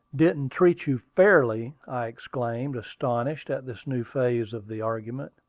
didn't treat you fairly! i exclaimed, astonished at this new phase of the argument.